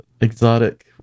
exotic